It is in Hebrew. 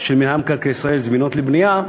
של מינהל מקרקעי ישראל זמינות לבנייה,